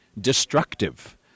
destructive